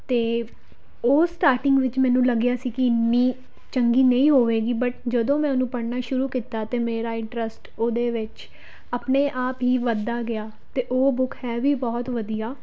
ਅਤੇ ਉਹ ਸਟਾਰਟਿੰਗ ਵਿੱਚ ਮੈਨੂੰ ਲੱਗਿਆ ਸੀ ਕਿ ਇੰਨੀ ਚੰਗੀ ਨਹੀਂ ਹੋਵੇਗੀ ਬਟ ਜਦੋਂ ਮੈਂ ਉਹਨੂੰ ਪੜ੍ਹਨਾ ਸ਼ੁਰੂ ਕੀਤਾ ਤਾਂ ਮੇਰਾ ਇੰਟਰਸਟ ਉਹਦੇ ਵਿੱਚ ਆਪਣੇ ਆਪ ਹੀ ਵੱਧਦਾ ਗਿਆ ਅਤੇ ਉਹ ਬੁੱਕ ਹੈ ਵੀ ਬਹੁਤ ਵਧੀਆ